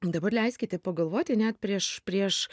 dabar leiskite pagalvoti net prieš prieš